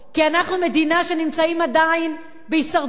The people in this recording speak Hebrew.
כי אנחנו מדינה שנמצאת עדיין בהישרדות,